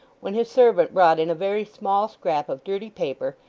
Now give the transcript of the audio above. when his servant brought in a very small scrap of dirty paper,